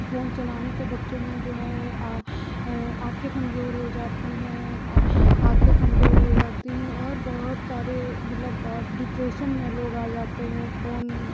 phone चलाने से बच्चों में जो है आँखें कमजोर हो जाती हैं आँखें कमजोर हो जाती हैं और बहुत सारे मतलब और डिप्रेशन में लोग आ जाते हैं फ़ोन